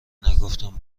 نگفتم